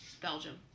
Belgium